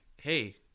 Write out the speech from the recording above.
hey